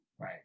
Right